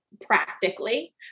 practically